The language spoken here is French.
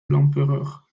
l’empereur